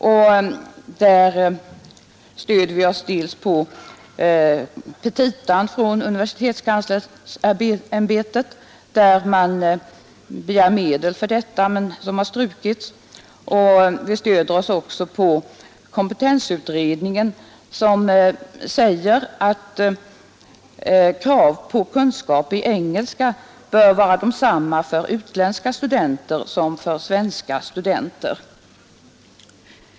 Därvidlag stöder vi oss bl.a. på petita från universitetskanslersämbetet, där man begär medel för detta — som har strukits. Vi stöder oss också på kompetensutredningen, som säger att krav på kunskap i engelska bör vara desamma för utländska studenter som för svenska studenter.